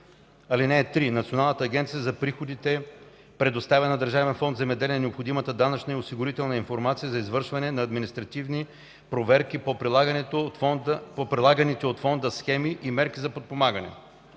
3 и 4: „(3) Националната агенция за приходите предоставя на Държавен фонд „Земеделие” необходимата данъчна и осигурителна информация за извършване на административни проверки по прилаганите от фонда схеми и мерки за подпомагане.